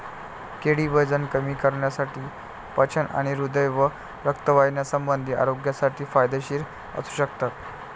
केळी वजन कमी करण्यासाठी, पचन आणि हृदय व रक्तवाहिन्यासंबंधी आरोग्यासाठी फायदेशीर असू शकतात